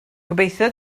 gobeithio